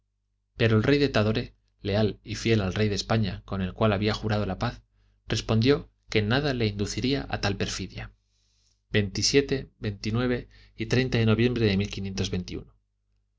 pero el rey de tadore leal y fiel al rey de españa con el cual había jurado la paz respondió que nada le induciría a tal perfidia y treinta de noviembre de